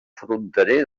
fronterer